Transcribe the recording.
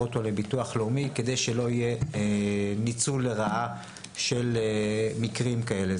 אותו לביטוח לאומי כדי שלא יהיה ניצול לרעה של מקרים כאלה.